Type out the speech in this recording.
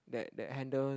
that that handle